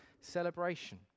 celebration